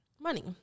money